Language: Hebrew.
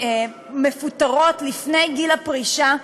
בעצם מפוטרות לפני גיל הפרישה,